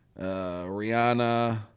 rihanna